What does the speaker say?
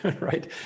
right